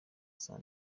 saa